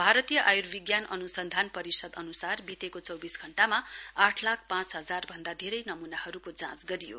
भारतीय आयुर्विज्ञान अनुसन्धान परिषद अनुसार बितेको चौविस घण्टामा आठ लाख पाँच हजार भन्दा धेरै नमूनाहरुको जाँच गरियो